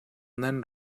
nan